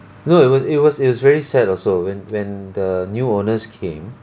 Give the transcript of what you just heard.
no it was it was it was very sad also when when the new owners came